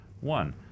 One